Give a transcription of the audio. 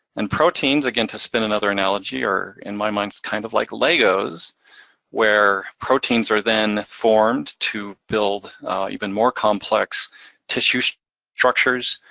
and proteins, again, to spin another analogy, are, in my mind, kind of like legos where proteins are then formed to build even more complex tissue structures,